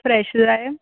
fresh जाय